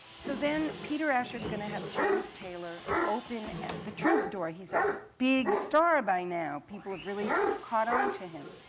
so then peter asher is going to have james taylor open at the troubadour. he's a big star by now people have really caught on to him.